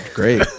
great